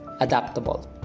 adaptable